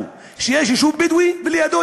לומר שמצב העולים טעון שיפור ושיש לנו עוד הרבה מה